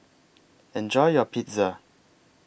Enjoy your Pizza